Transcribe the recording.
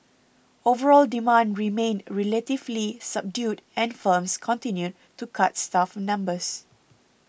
overall demand remained relatively subdued and firms continued to cut staff numbers